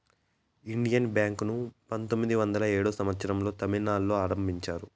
Indian bank ను పంతొమ్మిది వందల ఏడో సంవచ్చరం లో తమిళనాడులో ఆరంభించారు